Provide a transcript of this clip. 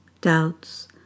doubts